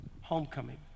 Homecoming